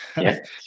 Yes